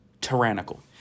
tyrannical